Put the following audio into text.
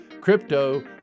Crypto